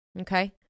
Okay